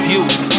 use